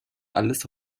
alles